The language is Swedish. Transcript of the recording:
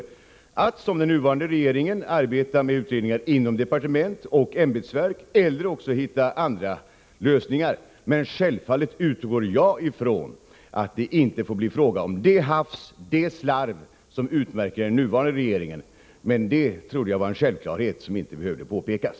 Man kan såsom den nuvarande regeringen gör arbeta med utredningar inom departement och ämbetsverk eller också hitta andra lösningar. Självfallet utgår jag från att det inte får bli fråga om det hafs och slarv som utmärker den nuvarande regeringen. Det trodde jag emellertid var en självklarhet som inte behövde påpekas.